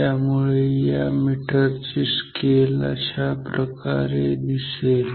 त्यामुळे या मीटरची स्केल अशाप्रकारे दिसेल